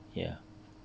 ya